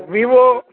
Vivo